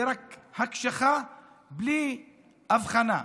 זה רק הקשחה בלי הבחנה,